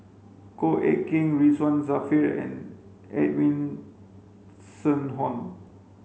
Goh Eck Kheng Ridzwan Dzafir and Edwin